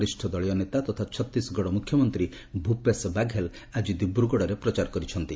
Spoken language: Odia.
ବରିଷ ଦଳୀୟ ନେତା ତଥା ଛତିଶଗଡ଼ ମୁଖ୍ୟମନ୍ତ୍ରୀ ଭୂପେଶ୍ ବାଘେଲ୍ ଆକି ଦିବ୍ରଗଡ଼ରେ ପ୍ରଚାର କରିଛନ୍ତି